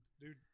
dude